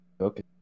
Okay